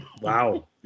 Wow